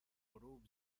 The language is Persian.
غروب